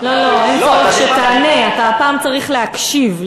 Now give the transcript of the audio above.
לא לא, אין צורך שתענה, אתה הפעם צריך להקשיב.